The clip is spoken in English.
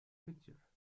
picture